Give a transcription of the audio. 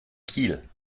kiel